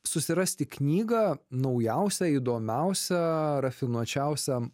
susirasti knygą naujausia įdomiausia rafinuočiausia